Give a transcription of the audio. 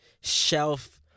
shelf –